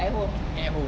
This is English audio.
at home